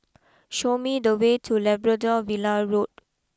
show me the way to Labrador Villa Road